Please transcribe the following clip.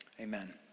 amen